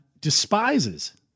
despises